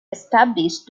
established